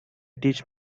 teach